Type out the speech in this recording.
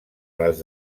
les